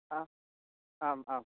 हा आम् आम्